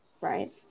right